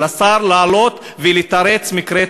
לשר לעלות ולתרץ מקרי טרור.